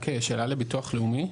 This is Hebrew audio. רק שאלה לביטוח לאומי.